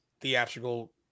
theatrical